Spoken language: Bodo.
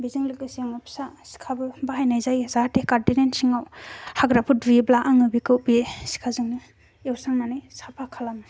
बेजों लोगोसे आं फिसा सिखाबो बाहायनाय जायो जाहाते गार्देनिं सिङाव हाग्राफोर दुयोब्ला आङो बेखौ बे सिखाजों एउस्रांनानै साफा खालामो